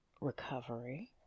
recovery